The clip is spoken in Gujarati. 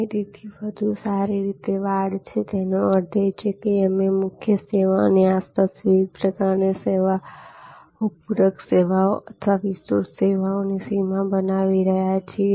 આ તેથી વધુ સારી રીતે વાડ છેતેનો અર્થ એ છે કે અમે મુખ્ય સેવાની આસપાસ વિવિધ પ્રકારની સેવાઓ પૂરક સેવાઓ અથવા વિસ્તૃત સેવાઓની સીમા બનાવી રહ્યા છીએ